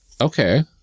okay